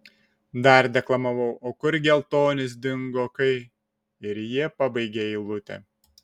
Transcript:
dar deklamavau o kur geltonis dingo kai ir jie pabaigė eilutę